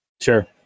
sure